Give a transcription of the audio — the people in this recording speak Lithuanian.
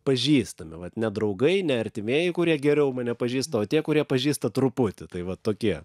pažįstamivat ne draugai ne artimieji kurie geriau mane pažįsta o tie kurie pažįsta truputį tai va tokie